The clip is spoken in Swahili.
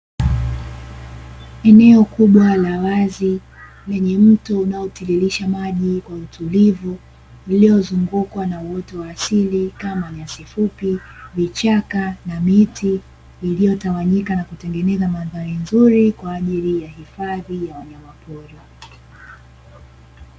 Eneo kubwa la wazi lenye mto unaotiririsha maji kwa utulivu ililozungukwa na uoto wa asili kama: nyasi fupi, vichaka na miti iliyotawanyika na kutengeneza mandhali kwaajili ya hifadhi nzuri kwa ajili ya wanyamapori.